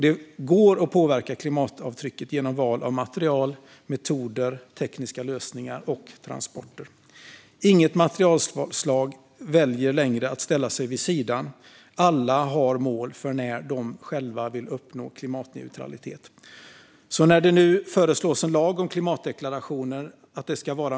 Det går att påverka klimatavtrycket genom val av material, metoder, tekniska lösningar och transporter. Inget materialslag ställs längre åt sidan. Alla har mål för när de vill uppnå klimatneutralitet. Nu föreslås en ny lag om klimatdeklarationer.